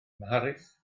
mharis